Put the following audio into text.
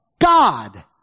God